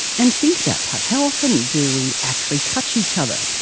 and think about touch. how often do we actually touch each other?